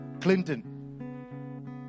Clinton